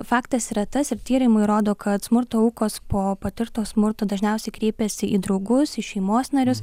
faktas yra tas ir tyrimai rodo kad smurto aukos po patirto smurto dažniausiai kreipiasi į draugus į šeimos narius